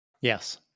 Yes